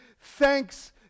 thanks